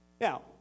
Now